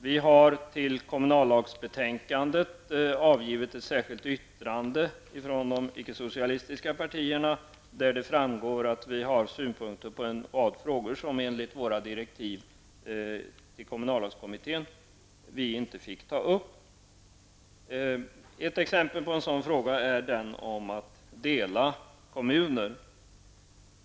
Vi har från de ickesocialistiska partierna avgivit ett särskilt yttrande till kommunallagsbetänkandet, där det framgår att vi har synpunkter på en rad frågor som inte fick tas upp i direktiven till kommunallagskommittén. Ett exempel på detta är frågan om att dela kommuner.